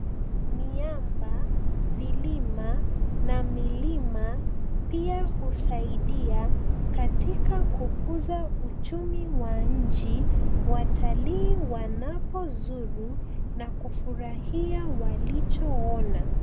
Miamba, vilima na milima pia husaidia katika kukuza uchumi wa nchi watalii wanapozuru na kufurahia walichoona.